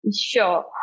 sure